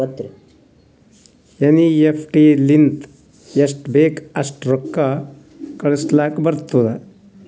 NEFT ಲಿಂತ ಎಸ್ಟ್ ಬೇಕ್ ಅಸ್ಟ್ ರೊಕ್ಕಾ ಕಳುಸ್ಲಾಕ್ ಬರ್ತುದ್